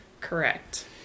Correct